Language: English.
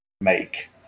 make